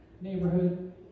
neighborhood